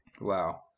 Wow